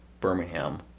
Birmingham